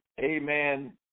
Amen